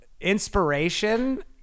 inspiration